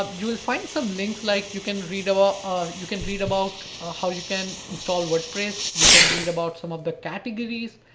um you will find some links like you can read about, ah you can read about ah how you can install wordpress. you can read about some of the categories,